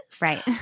right